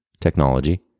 technology